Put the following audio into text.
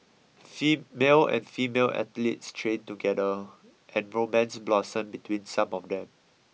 male and female athletes trained together and romance blossomed between some of them